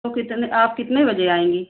तो कितने आप कितने बजे आएँगी